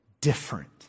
different